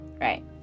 right